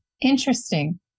Interesting